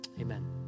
Amen